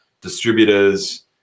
Distributors